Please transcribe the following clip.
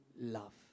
love